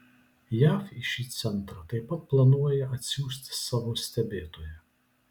jav į šį centrą taip pat planuoja atsiųsti savo stebėtoją